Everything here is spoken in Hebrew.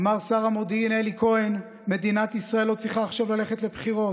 אמר שר המודיעין אלי כהן: מדינת ישראל לא צריכה עכשיו ללכת לבחירות.